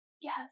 yes